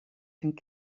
een